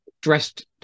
dressed